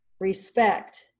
respect